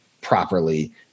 properly